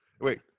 Wait